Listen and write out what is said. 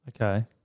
Okay